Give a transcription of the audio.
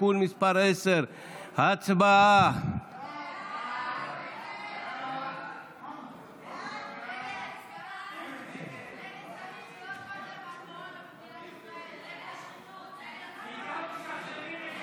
(תיקון מס' 10). הצבעה.